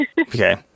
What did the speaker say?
Okay